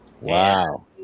Wow